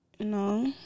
No